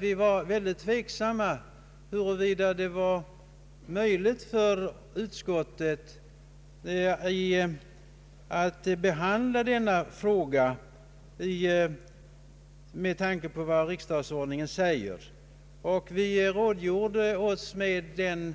Vi var mycket tveksamma huruvida det var möjligt för utskottet att behandla denna fråga med tanke på vad riksdagsordningen föreskriver, och vi rådgjorde, särskilt beträffande invandrarkyrkorna, med